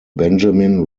benjamin